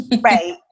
Right